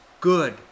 good